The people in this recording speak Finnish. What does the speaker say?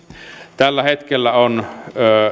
tällä hetkellä on